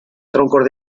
troncos